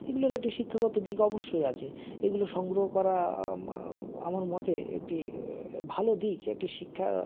এগুলোর একটি শিক্ষাগত দিক অবশ্যই আছে এগুলো সংগ্রহ করা আম আমার মতে একটি ভালো দিক একটি শিক্ষা